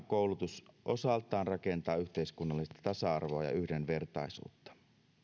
koulutus osaltaan rakentaa yhteiskunnallista tasa arvoa ja yhdenvertaisuutta